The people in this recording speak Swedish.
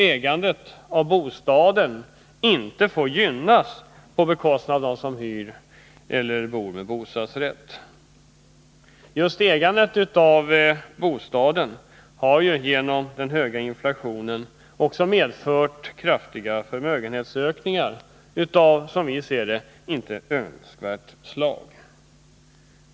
Ägandet av bostaden får inte medföra förmåner på bekostnad av dem som hyr bostad eller bor med bostadsrätt. Ägande av bostad har genom den höga inflationen också medfört kraftiga förmögenhetsökningar av ett, som vi ser det, inte önskvärt slag.